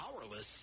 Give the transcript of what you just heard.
powerless